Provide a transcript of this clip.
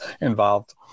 involved